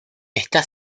está